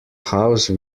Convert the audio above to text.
house